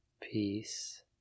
peace